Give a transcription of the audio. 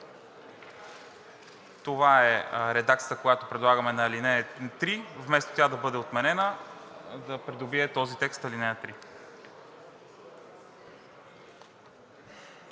Това е редакцията, която предлагаме на ал. 3 – вместо тя да бъде отменена, да придобие този текст.